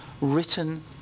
written